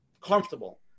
comfortable